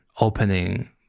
opening